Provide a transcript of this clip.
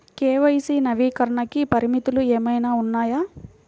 KYC నవీకరణకి పరిమితులు ఏమన్నా ఉన్నాయా?